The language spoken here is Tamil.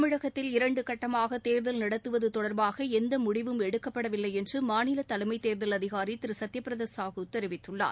தமிழகத்தில் இரண்டு கட்டமாக தேர்தல் நடத்துவது தொடர்பாக எந்த முடிவும் எடுக்கப்படவில்லை என்று மாநில தலைமை தேர்தல் அதிகாரி திரு சத்ய பிரதா சாஹூ தெரிவித்துள்ளார்